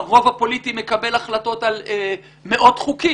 הרוב הפוליטי מקבל החלטות על מאות חוקים.